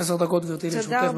עשר דקות, גברתי, לרשותך.